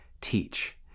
teach